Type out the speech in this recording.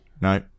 No